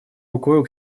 рукой